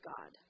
God